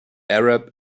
arab